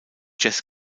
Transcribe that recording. jazz